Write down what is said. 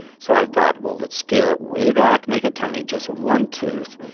so i thought, well, let's scale it way back. make it tiny just one tooth.